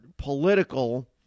political